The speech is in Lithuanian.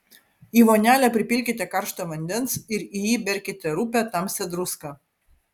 į vonelę pripilkite karšto vandens ir į jį įberkite rupią tamsią druską